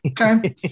Okay